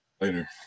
later